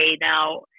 now